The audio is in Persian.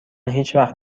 هیچوقت